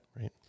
Right